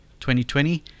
2020